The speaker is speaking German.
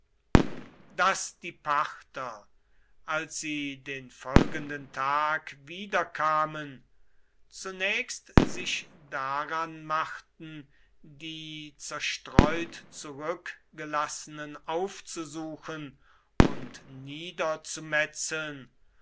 daß die parther als sie den folgenden tag wiederkamen zunächst sich daran machten die zerstreut zurückgelassenen aufzusuchen und